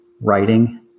writing